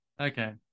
Okay